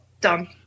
done